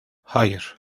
hayır